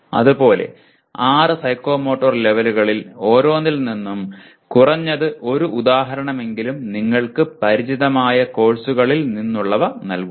അത് പോലെ ആറ് സൈക്കോമോട്ടോർ ലെവലുകളിൽ ഓരോന്നിൽ നിന്നും കുറഞ്ഞത് ഒരു ഉദാഹരണമെങ്കിലും നിങ്ങൾക്ക് പരിചിതമായ കോഴ്സുകളിൽ നിന്നുള്ളവ നൽകുക